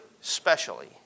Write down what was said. specially